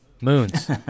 Moons